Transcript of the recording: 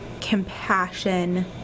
compassion